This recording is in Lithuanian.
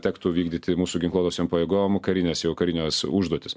tektų vykdyti mūsų ginkluotosiom pajėgom karines jau karines užduotis